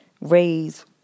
raise